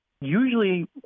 Usually